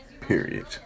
Period